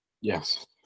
Yes